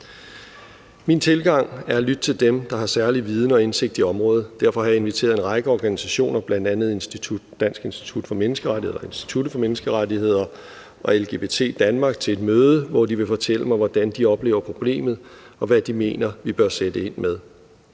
Min tilgang er at lytte til dem, der har særlig viden om og indsigt i området. Derfor har jeg inviteret en række organisationer, bl.a. Institut for Menneskerettigheder og LGBT Danmark til et møde, hvor de vil fortælle mig, hvordan de oplever problemet, og hvad de mener, vi bør sætte ind med.